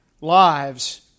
lives